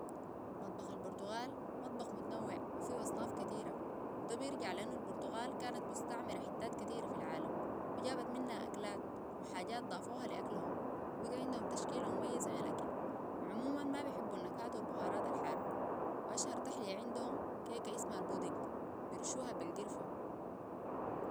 مطبخ البرتغال مطبخ متنوع وفيه اصناف كثيرة ده بيرجع لان البرتغال كانت مستعمرة حتات كثيرة في العالم وجابت منا اكلات وحاجات ضافوها لاكلهم وبيقى عندهم تشكيل مميزة من الاكل وعموما ما بيحبوا النكهات والبهارات الحارة واشهر تحلي عندهم كيكة اسمها البودق بيرشوها بالقرفة